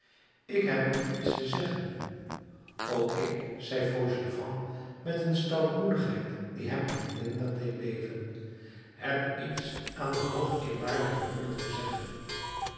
ik heb u iets te zeggen ook ik zei fauchelevent met een stoutmoedigheid die hem inwendig deed beven heb iets aan de hoogeerwaardige moeder te zeggen